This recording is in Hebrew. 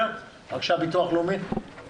ביטוח לאומי, בבקשה.